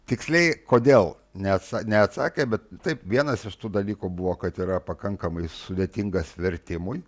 tiksliai kodėl neatsakė bet taip vienas iš tų dalykų buvo kad yra pakankamai sudėtingas vertimui